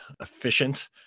efficient